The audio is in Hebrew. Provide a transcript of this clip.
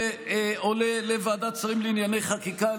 ועולה לוועדת שרים לענייני חקיקה.